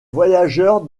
voyageurs